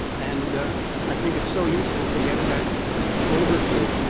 and i think it's so useful to get that overview.